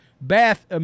bath